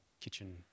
kitchen